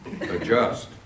Adjust